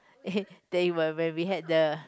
they were when we had the